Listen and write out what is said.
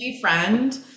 friend